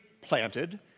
planted